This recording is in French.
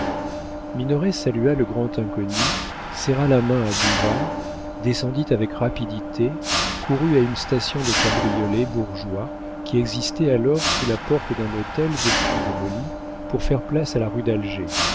salua le grand inconnu serra la main à bouvard descendit avec rapidité courut à une station de cabriolets bourgeois qui existait alors sous la porte d'un hôtel depuis démoli pour faire place à la rue d'alger